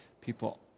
people